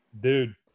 dude